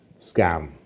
scam